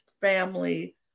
family